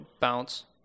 bounce